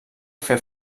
fer